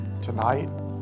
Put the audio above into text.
tonight